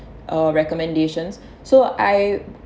or recommendations so I